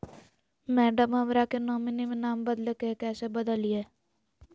madam, हमरा के nominee में नाम बदले के हैं, कैसे बदलिए